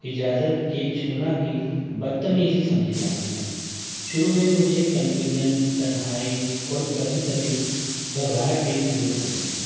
اجازت کے چھونا بھی بدتمیزی سمجھی جاتی ہے شروع میں مجھے کنفیوژن تنہائی اور کبھی کبھی گھبراہٹ بھی محسوس ہوتی تھی